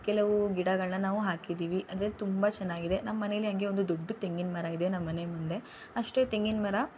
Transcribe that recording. ಕೆಲವು ಗಿಡಗಳನ್ನು ನಾವು ಹಾಕಿದೀವಿ ಅಂದರೆ ತುಂಬ ಚೆನ್ನಾಗಿದೆ ನಮ್ಮ ಮನೆಯಲ್ಲಿ ಹಂಗೆ ಒಂದು ದೊಡ್ಡ ತೆಂಗಿನ ಮರ ಇದೆ ನಮ್ಮ ಮನೆ ಮುಂದೆ ಅಷ್ಟೇ ತೆಂಗಿನ ಮರ